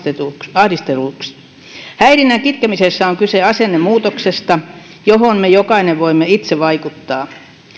ahdistelluksi häirinnän kitkemisessä on kyse asennemuutoksesta johon me jokainen voimme itse vaikuttaa